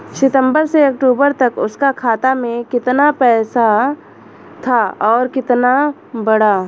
सितंबर से अक्टूबर तक उसका खाता में कीतना पेसा था और कीतना बड़ा?